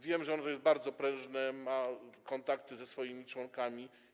Wiem, że ono jest bardzo prężne, ma kontakty ze swoimi członkami.